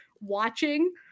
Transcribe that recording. watching